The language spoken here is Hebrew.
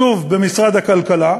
שוב, במשרד הכלכלה,